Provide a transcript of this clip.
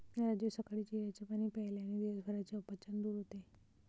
राजू सकाळी जिऱ्याचे पाणी प्यायल्याने दिवसभराचे अपचन दूर होते